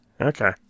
Okay